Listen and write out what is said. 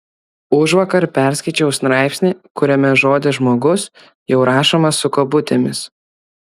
užvakar perskaičiau straipsnį kuriame žodis žmogus jau rašomas su kabutėmis